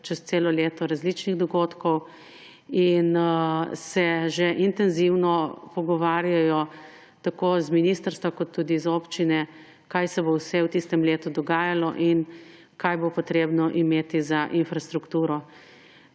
čez celo leto različnih dogodkov in se že intenzivno pogovarjajo tako z ministrstva kot tudi z občine, kaj se bo vse v tistem letu dogajalo in kaj bo potrebno imeti za infrastrukturo.